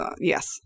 Yes